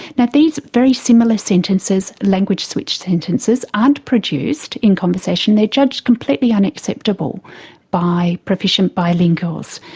now these very similar sentences, language-switch sentences aren't produced in conversation, they're judged completely unacceptable by proficient bilinguals.